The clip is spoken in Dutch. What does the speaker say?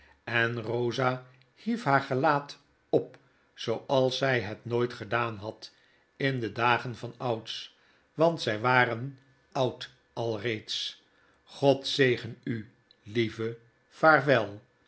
en eosa hief haar gelaat op zooals zjj het nooit gedaan had in de dagen vanouds want zg waren oud alreeds god zegen u lieve vaarwel